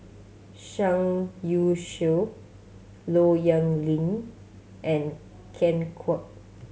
Zhang Youshuo Low Yen Ling and Ken Kwek